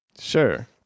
Sure